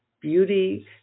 beauty